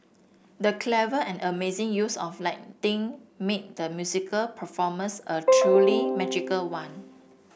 the clever and amazing use of lighting made the musical performance a truly magical one